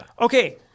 okay